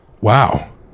wow